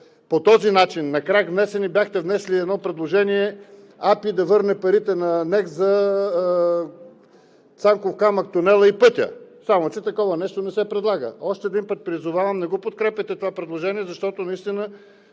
по този начин на крак бяхте внесли едно предложение АПИ да върне парите на НЕК за „Цанков камък“ – тунела и пътя, само че такова нещо не се предлага. Още един път призовавам: не подкрепяйте това предложение, защото си